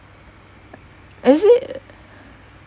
is it